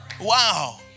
Wow